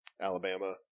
Alabama